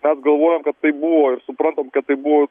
mes galvojom kad taip buvo ir suprantam kad tai buvo